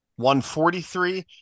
143